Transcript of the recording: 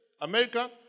America